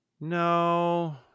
no